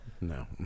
No